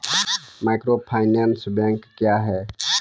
Microfinance bank क्या हैं?